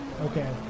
Okay